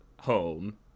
home